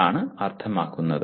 അതാണ് അർത്ഥമാക്കുന്നത്